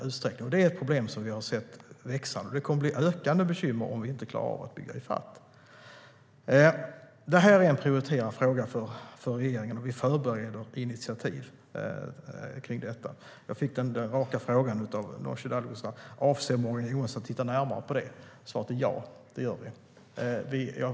Det är ett problem som vi har sett växa, och det kommer att bli ett ökande bekymmer om vi inte klarar att bygga i fatt. Det här är en prioriterad fråga för regeringen, och vi förbereder ett initiativ kring detta. Jag fick den raka frågan av Nooshi Dadgostar om jag avser att titta närmare på detta. Svaret är: Ja, det gör vi.